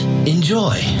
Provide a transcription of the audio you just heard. Enjoy